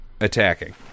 attacking